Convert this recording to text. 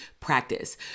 practice